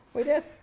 we did.